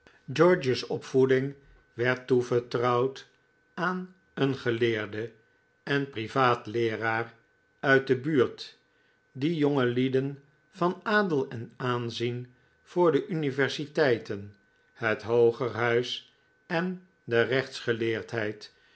george's opvoeding werd toevertrouwd aan een geleerde en privaat leeraar uit de buurt die jongelieden van adel en van aanzien voor de universiteiten het hoogerhuis en de rechtsgeleerdheid